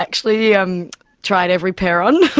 actually, um tried every pair on.